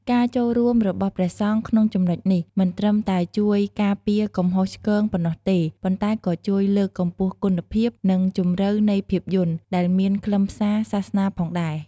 ការចូលរួមរបស់ព្រះសង្ឃក្នុងចំណុចនេះ មិនត្រឹមតែជួយការពារកំហុសឆ្គងប៉ុណ្ណោះទេ ប៉ុន្តែក៏ជួយលើកកម្ពស់គុណភាព និងជម្រៅនៃភាពយន្ត ដែលមានខ្លឹមសារសាសនាផងដែរ។